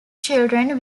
children